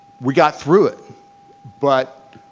we got through it but